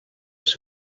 ser